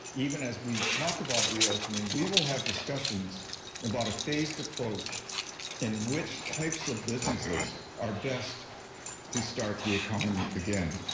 even as we talk about reopening, we will have discussions about a phased approach and which types of businesses are best to start the economy again.